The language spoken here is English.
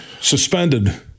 suspended